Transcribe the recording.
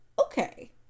okay